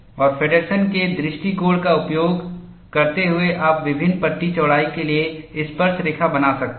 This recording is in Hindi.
और फेडर्सनFeddersen's के दृष्टिकोण का उपयोग करते हुए आप विभिन्न पट्टी चौड़ाई के लिए स्पर्शरेखा बना सकते हैं